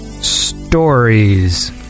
Stories